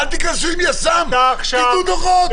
-- אל תיכנסו עם יס"מ, תתנו דוחות.